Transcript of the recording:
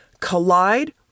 Collide